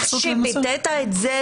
איך שביטאת את זה,